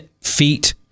feet